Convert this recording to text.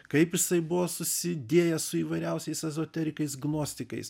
kaip jisai buvo susidėjęs su įvairiausiais ezoterikais gnostikais